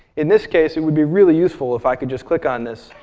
in this case it would be really useful if i could just click on this,